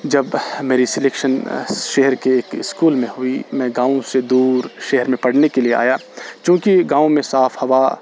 جب میری سلیکشن شہر کے ایک اسکول میں ہوئی میں گاؤں سے دور شہر میں پڑھنے کے لیے آیا چونکہ گاؤں میں صاف ہوا